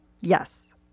Yes